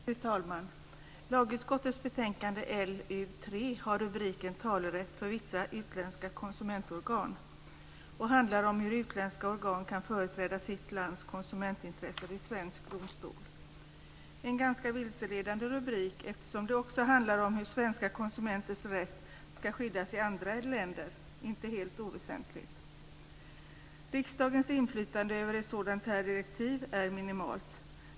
Fru talman! Lagutskottets betänkande LU3 som har titeln Talerätt för vissa utländska konsumentorgan handlar om hur utländska organ kan företräda sitt lands konsumentintressen i svensk domstol. Det är en ganska vilseledande titel eftersom det också handlar om hur svenska konsumenters rätt ska skyddas i andra länder - inte helt oväsentligt. Riksdagens inflytande över ett sådant här direktiv är minimalt.